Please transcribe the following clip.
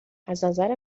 ازنظر